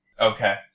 Okay